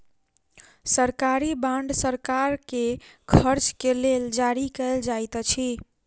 सरकारी बांड सरकार के खर्च के लेल जारी कयल जाइत अछि